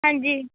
ਹਾਂਜੀ